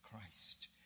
Christ